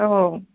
औ